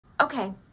Okay